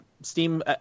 Steam